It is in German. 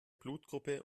blutgruppe